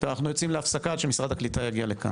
אנחנו יוצאים להפסקה עד שמשרד הקליטה יגיע לכאן.